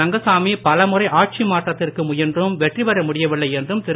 ரங்கசாமி பலமுறை ஆட்சி மாற்றத்திற்கு முயன்றும் வெற்றிபெற முடியவில்லை என்றும் திரு